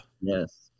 Yes